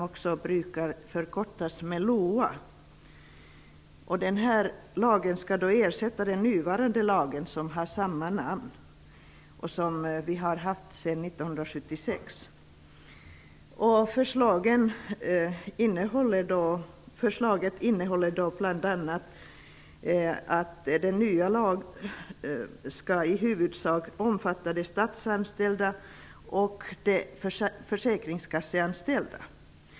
Den föreslagna lagen skall ersätta nuvarande lag, som har samma namn och som vi har sedan 1976. Förslaget innebär bl.a. att den nya lagen i huvudsak skall omfatta statsanställda och försäkringskasseanställda.